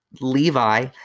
Levi